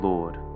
Lord